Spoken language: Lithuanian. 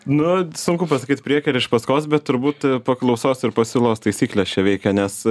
nu sunku pasakyt prieky ar iš paskos bet turbūt paklausos ir pasiūlos taisyklės čia veikia nes